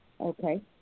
Okay